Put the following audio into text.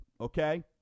okay